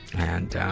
and, ah,